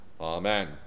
Amen